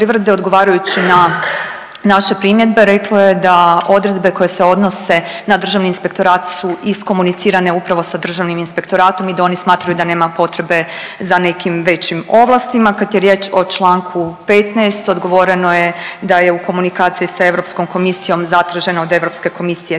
odgovarajući na naše primjedbe reklo je da odredbe koje se odnose na Državni inspektorat su iskomunicirane upravo sa Državnim inspektoratom i da oni smatraju da nema potrebe za nekim većim ovlastima. Kad je riječ o čl. 15. odgovoreno je da je u komunikaciji sa Europskom komisijom zatraženo od Europske komisije